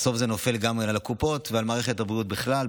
בסוף זה נופל גם על הקופות ועל מערכת הבריאות בכלל,